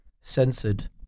Censored